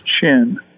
chin